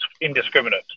indiscriminate